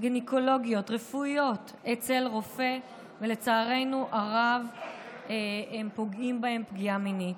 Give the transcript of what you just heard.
גניקולוגיות רפואיות אצל רופא ולצערנו הרב פוגעים בהם פגיעה מינית.